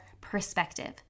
perspective